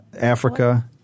Africa